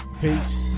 Peace